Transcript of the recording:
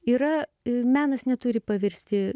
yra menas neturi pavirsti